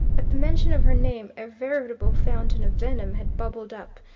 at the mention of her name a veritable fountain of venom had bubbled up,